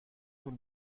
طول